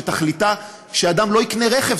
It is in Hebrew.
שתכליתה שאדם לא יקנה רכב,